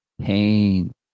pain